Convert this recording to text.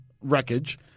wreckage